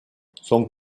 son